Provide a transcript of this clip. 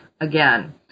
again